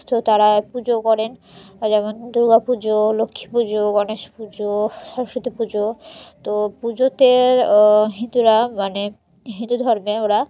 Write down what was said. তো তারা পুজো করেন যেমন দুর্গা পুজো লক্ষ্মী পুজো গণেশ পুজো সরস্বতী পুজো তো পুজোতে হিন্দুরা মানে হিন্দু ধর্মে ওরা